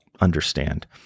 understand